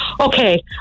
Okay